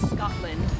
Scotland